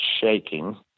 shaking